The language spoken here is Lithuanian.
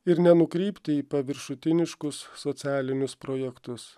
ir nenukrypti į paviršutiniškus socialinius projektus